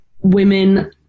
women